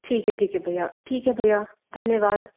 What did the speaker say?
ठीक है ठीक है भैया ठीक है भैया धन्यवाद